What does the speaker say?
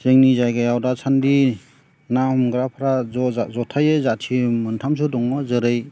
जोंनि जायगायाव दासान्दि ना हमग्राफ्रा जथायै जाथि मोनथामसो दङ जोरै